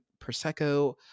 Prosecco